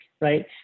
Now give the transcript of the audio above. right